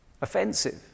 offensive